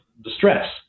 distress